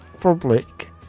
public